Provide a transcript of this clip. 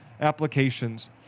applications